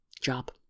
job